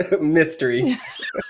mysteries